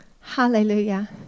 Hallelujah